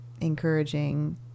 encouraging